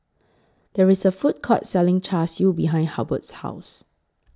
There IS A Food Court Selling Char Siu behind Hubbard's House